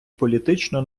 політичну